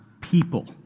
people